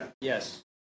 Yes